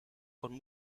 con